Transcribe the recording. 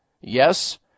Yes